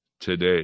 today